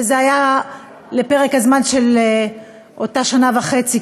וזה היה לפרק הזמן של אותה שנה וחצי,